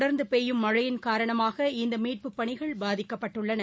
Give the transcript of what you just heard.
தொடர்ந்துபெய்யும் மழையின் காரணமாக இந்தமீட்பு பணிகள் பாதிக்கப்பட்டுள்ளன